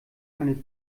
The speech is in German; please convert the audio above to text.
eine